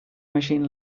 machine